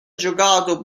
giocato